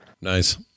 Nice